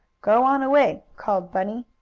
go on away! called bunny.